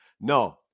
No